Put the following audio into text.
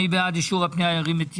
מי בעד - ירים את ידו.